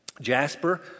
Jasper